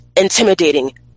intimidating